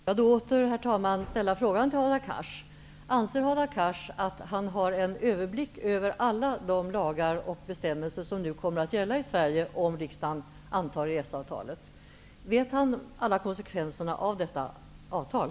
Herr talman! Jag vill åter ställa följande fråga till Hadar Cars: Anser Hadar Cars att han har en överblick över alla de lagar och bestämmelser som kommer att gälla i Sverige om riksdagen antar EES avtalet? Vet han alla konsekvenser av detta avtal?